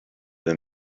than